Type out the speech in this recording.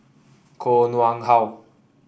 Koh Nguang How